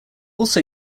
also